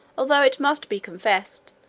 although it must be confessed,